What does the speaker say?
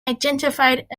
identified